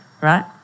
right